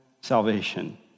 salvation